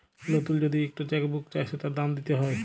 লতুল যদি ইকট চ্যাক বুক চায় সেটার দাম দ্যিতে হ্যয়